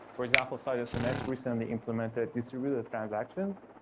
for example, citus mx recently implemented distributed transactions,